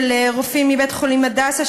של רופאים מבית-החולים "הדסה",